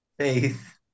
faith